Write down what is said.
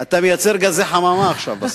אתה מייצר גזי חממה עכשיו.